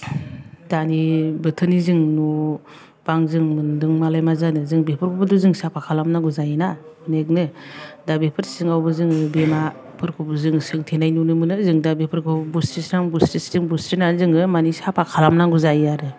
दानि बोथोरनि जों न' बां जों मोन्दों मालाय मा जानो जों बेफोरखौबोथ' जों साफा खालामनांगौ जायो ना नेतनो दा बेफोर सिङावबो जोङो बेमाफोरखौबो जों सोंथेनाय नुनो मोनो जों दा बेफोरखौ बुस्रिस्रां बुस्रिस्रिं बुस्रिनानै जोङो माने साफा खालामनांगौ जायो आरो